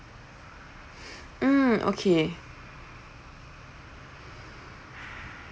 mm okay